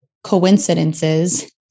Coincidences